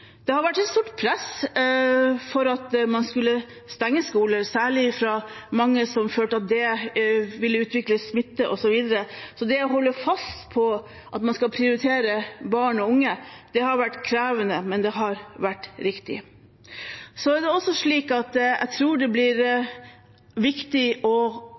Det har vært et stort press for at man skulle stenge skoler, særlig fra mange som følte at åpne skoler ville føre til utvikling av smitte og så videre. Så det å holde fast på at man skal prioritere barn og unge, har vært krevende – men det har vært riktig. Det blir også viktig, tror jeg,